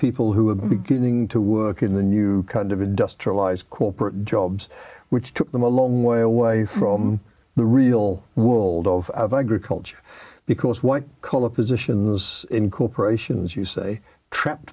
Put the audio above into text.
people who had a beginning to work in the new kind of industrialized corporate jobs which took them a long way away from the real world of agriculture because white collar positions in corporations you say trapped